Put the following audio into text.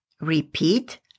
Repeat